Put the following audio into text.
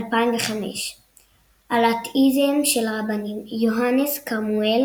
2005. על האתאיזם של הרבנים/ יוהנס קרמואל